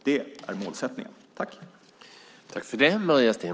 Det är målsättningen.